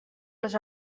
les